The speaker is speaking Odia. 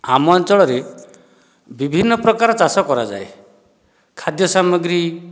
ଆମ ଅଞ୍ଚଳରେ ବିଭିନ୍ନ ପ୍ରକାର ଚାଷ କରାଯାଏ ଖାଦ୍ୟ ସାମଗ୍ରୀ